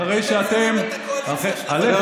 אחרי שאתם --- הוא היה איתך כל היום.